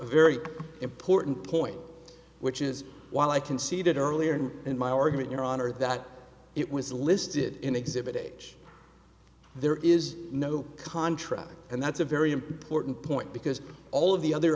very important point which is while i conceded earlier in my argument your honor that it was listed in exhibit age there is no contract and that's a very important point because all of the other